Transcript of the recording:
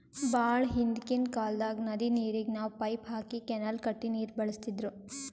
ಭಾಳ್ ಹಿಂದ್ಕಿನ್ ಕಾಲ್ದಾಗ್ ನದಿ ನೀರಿಗ್ ನಾವ್ ಪೈಪ್ ಹಾಕಿ ಕೆನಾಲ್ ಕಟ್ಟಿ ನೀರ್ ಬಳಸ್ತಿದ್ರು